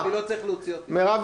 אני מקשיב לכל מילה.